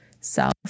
self